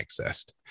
accessed